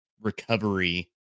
recovery